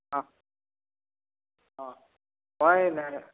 অঁ অঁ তই না